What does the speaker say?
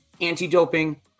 anti-doping